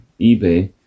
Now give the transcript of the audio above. eBay